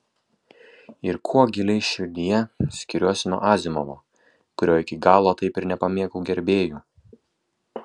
ir kuo giliai širdyje skiriuosi nuo azimovo kurio iki galo taip ir nepamėgau gerbėjų